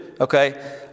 okay